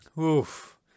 Oof